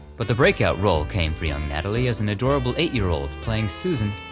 but the breakout role came for young natalie as an adorable eight-year-old playing susan,